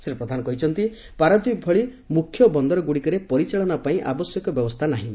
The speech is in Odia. ଶ୍ରୀ ପ୍ରଧାନ କହିଛନ୍ତି ପାରାଦୀପ ଭଳି ମୁଖ୍ୟ ବନ୍ଦରଗୁଡ଼ିକରେ ପରିଚାଳନା ପାଇଁ ଆବଶ୍ୟକ ବ୍ୟବସ୍ଥା ନାହିଁ